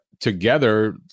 together